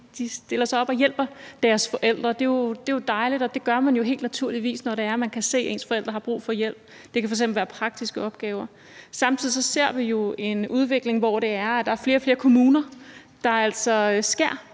– stiller sig op og hjælper deres forældre. Det er jo dejligt, og det gør man jo helt naturligt, når man kan se, at ens forældre har brug for hjælp. Det kan f.eks. være hjælp til praktiske opgaver. Samtidig ser vi jo en udvikling, hvor der er flere og flere kommuner, der altså